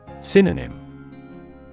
Synonym